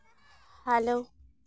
hello